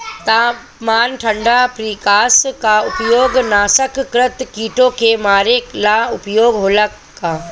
तापमान ठण्ड प्रकास का उपयोग नाशक कीटो के मारे ला उपयोग होला का?